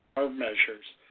our measures.